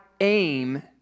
aim